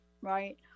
right